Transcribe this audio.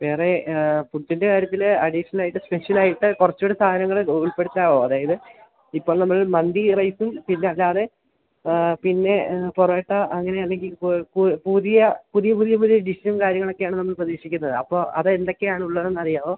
വേറെ ഫുഡിൻ്റെ കാര്യത്തില് അഡീഷ്നലായിട്ട് സ്പെഷ്യലായിട്ട് കുറച്ചുകൂടെ സാധനങ്ങള് ഉൾപ്പെടുത്താമോ അതായത് ഇപ്പം നമ്മൾ മന്തി റൈസും പിന്നെയല്ലാതെ പിന്നെ പൊറോട്ട അങ്ങനെ അല്ലെങ്കില് പുതിയ പുതിയ പുതിയ പുതിയ ഡിഷും കാര്യങ്ങളുമൊക്കെയാണ് നമ്മള് പ്രതീക്ഷിക്കുന്നത് അപ്പോള് അതെന്തൊക്കെയാണുള്ളതെന്ന് അറിയാമോ